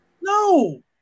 No